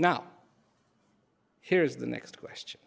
now here's the next question